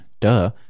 Duh